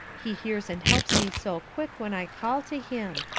he hears and helps me so quick when i call to him.